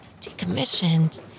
decommissioned